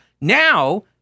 Now